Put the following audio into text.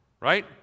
right